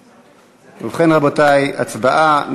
ובכן, רבותי, הצבעה.